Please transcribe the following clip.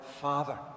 Father